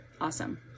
Awesome